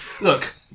look